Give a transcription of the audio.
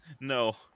no